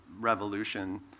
revolution